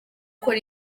gukora